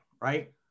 right